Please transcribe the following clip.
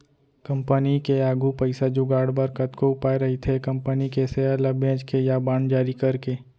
company के आघू पइसा जुगाड़ बर कतको उपाय रहिथे कंपनी के सेयर ल बेंच के या बांड जारी करके